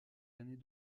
années